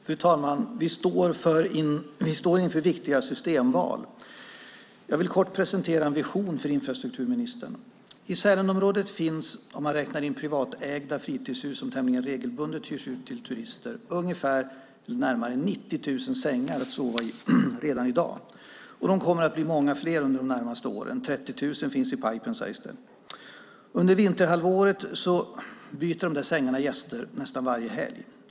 Fru talman! Vi står inför viktiga systemval. Jag vill kort presentera en vision för infrastrukturministern. I Sälenområdet finns det redan i dag närmare 90 000 sängar att sova i om man räknar in privatägda fritidshus som tämligen regelbundet hyrs ut till turister. Det kommer att bli många fler under de närmaste åren - 30 000 finns i pipeline, sägs det. Under vinterhalvåret byter sängarna gäster nästan varje helg.